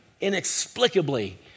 inexplicably